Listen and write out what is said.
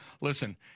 listen